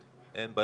שניות,